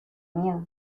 miedo